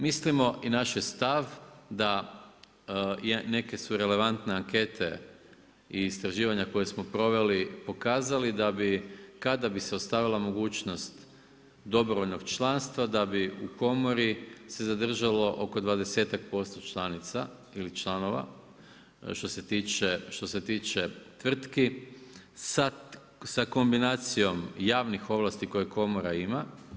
Mislimo i naš je stav, da neke su relevantne ankete i istraživanja koja smo proveli pokazali da bi kada bi se ostavila mogućnost dobrovoljnog članstva da bi u Komori se zadržalo oko 20-tak posto članica ili članova, što se tiče tvrtki sa kombinacijom javnih ovlasti koje Komora ima.